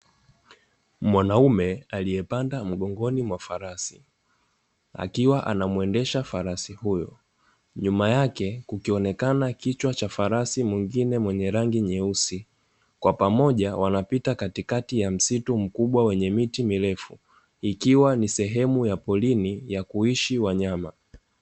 Mwanaume aliyepanda mgongoni mwa farasi akiwa anamuendesha farasi huyo. Nyuma yake kukionekana kichwa cha farasi mwingine mwenye rangi nyeusi. Kwa pamoja wanapita katikati ya msitu mkubwa wenye miti mirefu, ikiwa ni sehemu ya porini ya kuishi wanyama.